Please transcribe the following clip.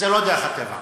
זו לא דרך הטבע.